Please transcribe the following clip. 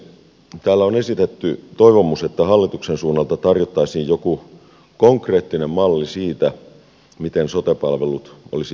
täällä on esitetty toivomus että hallituksen suunnalta tarjottaisiin joku konkreettinen malli siitä miten sote palvelut olisi järjestettävä